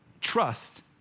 trust